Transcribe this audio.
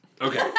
okay